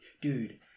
dude